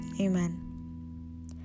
amen